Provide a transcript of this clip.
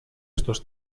estos